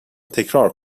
تکرار